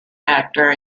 actor